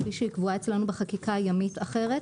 כפי שהוא קבועה אצלינו בחקיקה ימית אחרת,